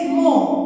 more